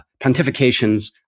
pontifications